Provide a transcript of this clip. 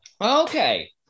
Okay